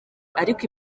ariko